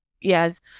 Yes